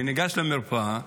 אני ניגש למרפאה,